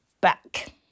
back